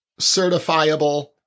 certifiable